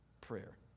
prayer